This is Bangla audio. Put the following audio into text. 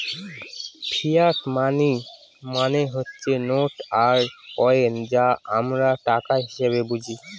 ফিয়াট মানি মানে হচ্ছে নোট আর কয়েন যা আমরা টাকা হিসেবে বুঝি